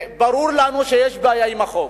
ברור לנו שיש בעיה עם החוק.